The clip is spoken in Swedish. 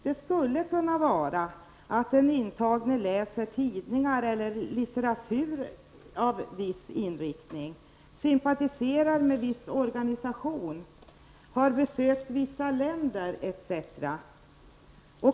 Det skulle t.ex. kunna vara att den intagne läser tidningar eller litteratur med viss inriktning, sympatiserar med viss organisation, har besökt vissa länder etc.